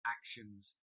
actions